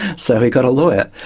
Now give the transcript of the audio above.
so he got a lawyer,